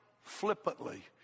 flippantly